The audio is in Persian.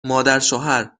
مادرشوهرچشمت